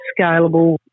scalable